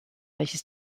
welches